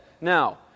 Now